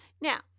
Now